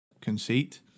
conceit